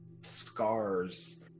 Scars